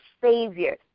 Savior